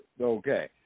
Okay